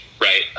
right